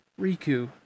Riku